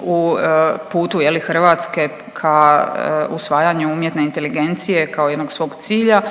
u putu je li Hrvatske ka usvajanju umjetne inteligencije kao jednog svog cilja,